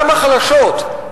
גם החלשות,